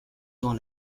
dans